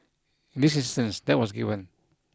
in this instance that was given